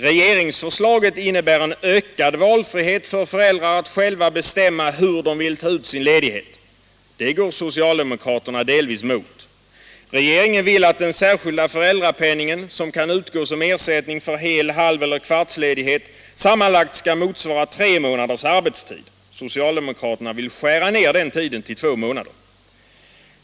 Regeringsförslaget innebär en ökad valfrihet för föräldrar att själva bestämma hur de vill ta ut sin ledighet. Det går socialdemokraterna delvis emot. Regeringen vill att den särskilda föräldrapenningen, som kan utgå som ersättning för hel-, halv-eller kvartsledighet, sammanlagt skall motsvara tre månaders arbetstid. Socialdemokraterna vill skära ner den tiden till två månader.